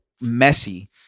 messy